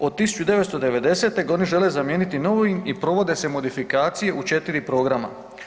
Od 1990. oni ga žele zamijeniti novim i provode se modifikacije u 4 programa.